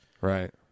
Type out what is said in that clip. Right